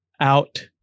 Out